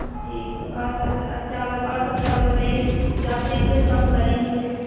जी तो और बता चावल और सब चावल बताइए जो आप तो इस पर कम कर ही नहीं रहे